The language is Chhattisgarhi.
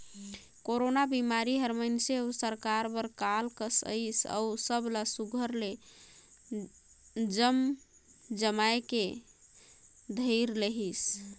कोरोना बिमारी हर मइनसे अउ सरकार बर काल कस अइस अउ सब ला सुग्घर ले जमजमाए के धइर लेहिस